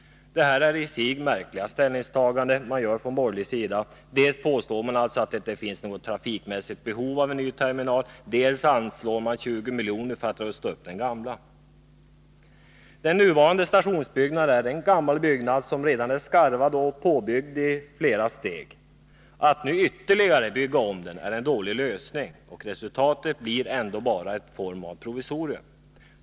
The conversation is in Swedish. Det är i sig märkliga ställningstaganden man gör från borgerlig sida. Dels påstår man att det inte finns något trafikmässigt behov av en ny terminal, dels anslår man 20 miljoner för att rusta upp den gamla. Den nuvarande stationsbyggnaden är en gammal byggnad som redan är skarvad och påbyggd i flera steg. Att nu ytterligare bygga om den är en dålig lösning, och resultatet blir ändå bara ett provisorium.